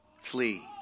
Flee